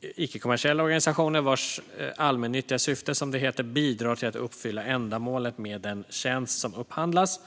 icke-kommersiella organisationer vilkas allmännyttiga syfte bidrar till att uppfylla ändamålet med den tjänst som upphandlas.